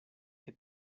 que